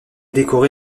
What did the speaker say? décoré